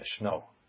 no